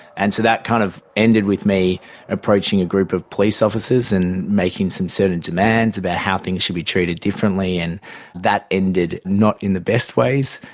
and so that kind of ended with me approaching a group of police officers and making some certain demands about how things should be treated differently, and that ended not in the best ways,